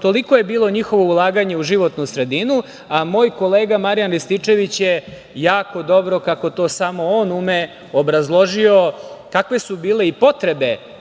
Toliko je bilo njihovo ulaganje u životnu sredinu.A moj kolega Marijan Rističević je jako dobro, kako to samo on ume, obrazložio kakve su bile i potrebe